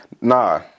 Nah